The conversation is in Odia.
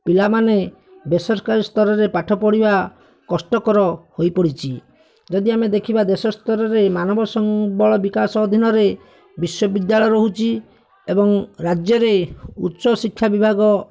ପିଲାମାନେ ବେସରକାରୀ ସ୍ତରରେ ପାଠ ପଢ଼ିବା କଷ୍ଟକର ହୋଇପଡ଼ିଛି ଯଦି ଆମେ ଦେଖିବା ଦେଶ ସ୍ତରରେ ମାନବ ସମ୍ବଳ ବିକାଶ ଅଧୀନରେ ବିଶ୍ୱବିଦ୍ୟାଳୟ ରହୁଛି ଏବଂ ରାଜ୍ୟରେ ଉଚ୍ଚଶିକ୍ଷା ବିଭାଗ